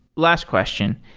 last question.